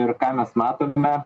ir ką mes matome